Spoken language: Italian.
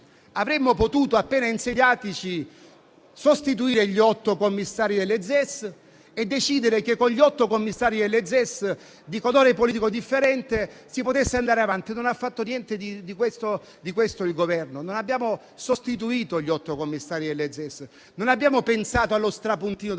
Avremmo potuto, appena insediatici, sostituire gli otto commissari delle ZES e decidere che con gli otto commissari delle ZES, di colore politico differente, si potesse andare avanti. Il Governo non ha fatto niente di questo. Non abbiamo sostituito gli otto commissari delle ZES o pensato allo strapuntino della